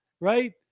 right